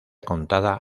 contada